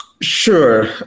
Sure